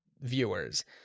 viewers